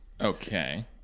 Okay